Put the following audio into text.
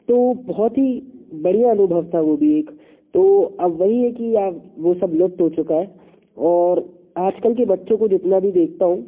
तो वो बहुत ही बढ़िया अनुभव था वो भी एक तो अब वही है कि आब वो सब लुप्त हो चुका है और आजकल के बच्चों को जितना भी देखता हूँ